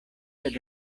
sed